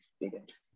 experience